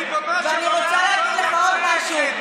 ואני רוצה להגיד לך עוד משהו,